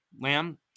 lamb